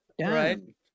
right